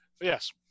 Yes